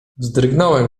wzdrygnąłem